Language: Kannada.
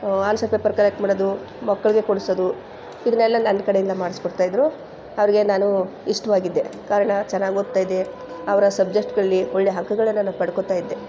ಆನ್ಸರ್ ಪೇಪರ್ ಕಲೆಕ್ಟ್ ಮಾಡೋದು ಮಕ್ಳಿಗೆ ಕೊಡಿಸೋದು ಇದನ್ನೆಲ್ಲ ನನ್ನ ಕಡೆಯಿಂದ ಮಾಡ್ಸ್ಕೊಡ್ತಾಯಿದ್ದರು ಅವ್ರಿಗೆ ನಾನೂ ಇಷ್ಟವಾಗಿದ್ದೆ ಕಾರಣ ಚೆನ್ನಾಗಿ ಓದ್ತಾಯಿದ್ದೆ ಅವರ ಸಬ್ಜೆಕ್ಟ್ಗಳಲ್ಲಿ ಒಳ್ಳೆ ಅಂಕಗಳನ್ನ ನಾನು ಪಡ್ಕೊಳ್ತಾಯಿದ್ದೆ